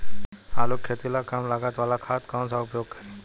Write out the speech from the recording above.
आलू के खेती ला कम लागत वाला खाद कौन सा उपयोग करी?